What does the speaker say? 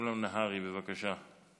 משולם נהרי, בבקשה.